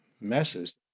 messes